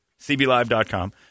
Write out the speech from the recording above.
CBLive.com